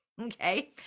Okay